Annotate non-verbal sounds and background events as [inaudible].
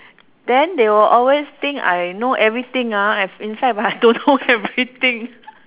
then they will always think I know everything ah inside but I don't know everything [laughs]